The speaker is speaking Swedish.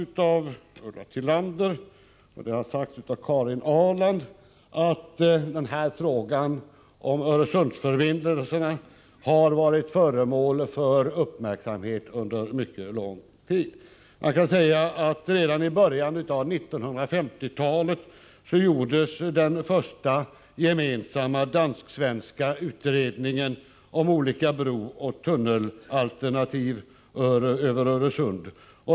Det har sagts av både Ulla Tillander och Karin Ahrland att frågan om Öresundsförbindelserna varit föremål för uppmärksamhet under mycket lång tid. Redan i början av 1950-talet gjordes den första gemensamma dansk-svenska utredningen om olika brooch tunnelalternativ över Öresund.